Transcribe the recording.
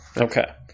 Okay